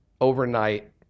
overnight